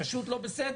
פשוט לא בסדר.